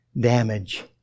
damage